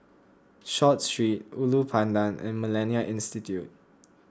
Short Street Ulu Pandan and Millennia Institute